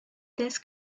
this